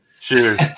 Cheers